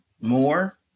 more